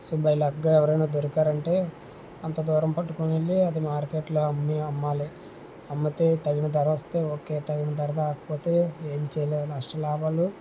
so by లక్గా ఎవరైనా దొరికారంటే అంత దూరం పట్టుకుని వెళ్ళి అది మార్కెట్లో అమ్మి అమ్మాలి అమ్మితే తగిన ధర వస్తే ఓకే తగిన ధర రాకపోతే ఏం చేయలేము నష్టాలాభాలు